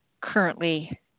currently